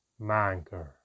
Manker